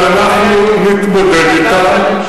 שאנחנו נתמודד אתם,